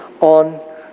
on